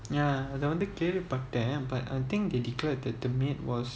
ya அது வந்து கேள்வி பட்டேன்:athu vanthu kelvi patten but I think they declared that the maid was